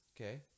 Okay